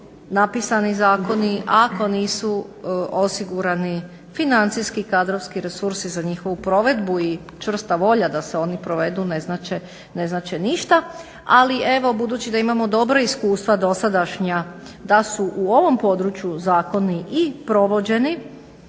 napisani zakoni ako nisu osigurani financijski i kadrovski resursi za njihovu provedbu i čvrsta volja da se oni provedu ne znače ništa. Ali evo budući da imamo dobra iskustva dosadašnja da su u ovom području zakoni i provođeni,